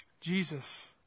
Jesus